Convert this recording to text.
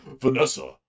Vanessa